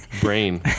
brain